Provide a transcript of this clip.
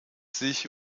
sich